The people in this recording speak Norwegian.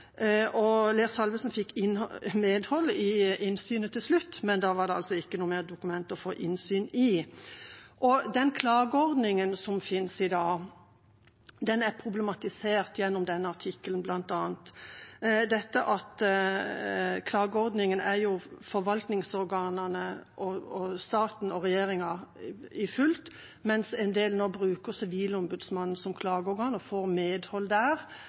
fikk medhold i innsynsbegjæringen til slutt, men da var det ikke lenger noe dokument å få innsyn i. Klageordningen som finnes i dag, er problematisert gjennom bl.a. denne artikkelen. Klageordningen består av forvaltningsorganene og staten og regjeringa i fullt, mens en del nå bruker Sivilombudsmannen som klageorgan og får medhold der.